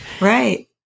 Right